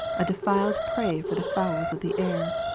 a defiled prey for the fowls of the air.